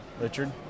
Richard